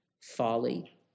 folly